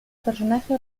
personaje